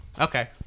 Okay